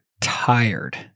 tired